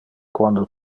quando